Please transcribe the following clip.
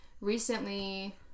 recently